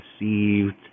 received